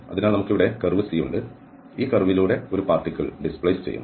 അതിനാൽ നമുക്ക് ഇവിടെ കർവ് C ഉണ്ട് ഈ കർവിലൂടെ ഒരു പാർട്ടിക്ക്ൾ ഡിസ്പ്ലേസ് ചെയ്യുന്നു